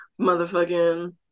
motherfucking